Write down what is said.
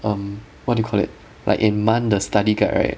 um what do you call it like in mon the study guide right